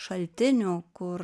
šaltinių kur